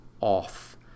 off